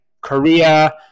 Korea